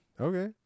Okay